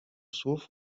słów